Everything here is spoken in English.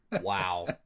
Wow